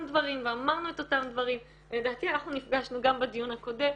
דברים ואמרנו את אותם דברים לדעתי אנחנו נפגשנו גם בדיון הקודם.